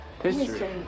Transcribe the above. history